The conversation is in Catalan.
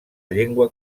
llengua